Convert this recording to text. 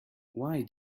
why